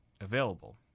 available